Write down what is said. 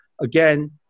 again